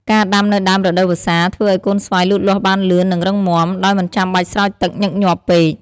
ការដាំនៅដើមរដូវវស្សា ធ្វើឲ្យកូនស្វាយលូតលាស់បានលឿន និងរឹងមាំ ដោយមិនចាំបាច់ស្រោចទឹកញឹកញាប់ពេក។